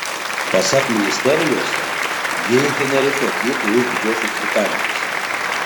pasak ministerijos jie į tenerifę atvyko iš didžiosios britanijos